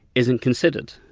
isn't considered.